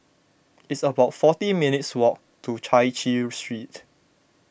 it's about forty minutes' walk to Chai Chee Street